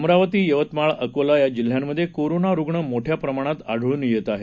अमरावती यवतमाळ अकोला या जिल्ह्यांमध्ये कोरोना रुग्ण मोठ्या प्रमाणात आढळून येत आहेत